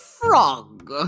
frog